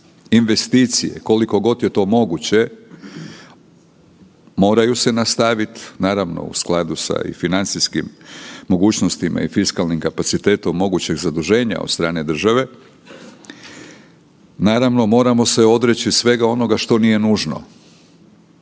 investicije koliko god je to moguće moraju se nastaviti, naravno u skladu i sa financijskim mogućnostima i fiskalnim kapacitetom mogućeg zaduženja od strane države. Naravno, moramo se odreći svega onoga što nije nužno,